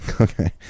Okay